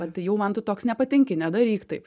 va tai jau man tu toks nepatinki nedaryk taip